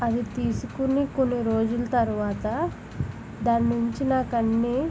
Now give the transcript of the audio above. అది తీసుకుని కొన్ని రోజుల తర్వాత దాని నుంచి నాకు అన్నీ